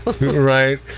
Right